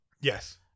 Yes